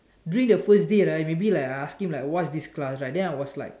during the first day right maybe like I ask him like what is this class right then I was like